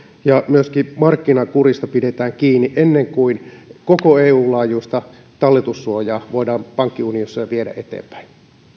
ja myöskin markkinakurista pidetään kiinni ennen kuin koko eun laajuista talletussuojaa voidaan pankkiunionissa viedä eteenpäin